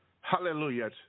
Hallelujah